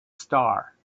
star